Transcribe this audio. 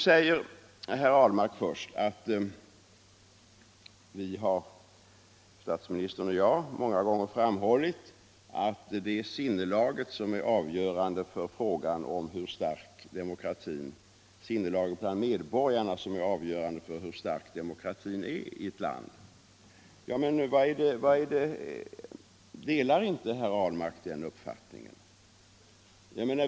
Herr Ahlmark säger att statsministern och jag många gånger har framhållit att det är sinnelaget bland medborgarna som är avgörande för hur stark demokratin är i ett land. Delar inte herr Ahlmark den uppfattningen?